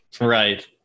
Right